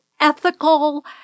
ethical